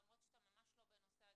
למרות שאתה ממש לא בנושא הדיון,